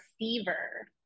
receiver